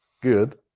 Good